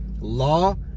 law